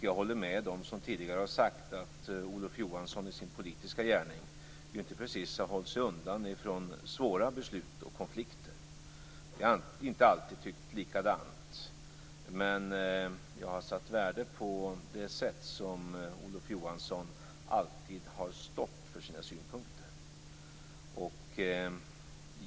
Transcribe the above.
Jag håller med dem som tidigare har sagt att Olof Johansson i sin politiska gärning inte precis har hållit sig undan svåra beslut och konflikter. Vi har inte alltid tyckt likadant, men jag har satt värde på att Olof Johansson alltid har stått för sina synpunkter.